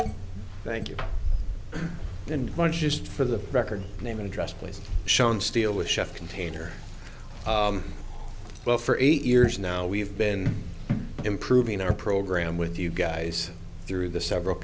e thank you and one just for the record name and address please show on steel with chef container well for eight years now we've been improving our program with you guys through the several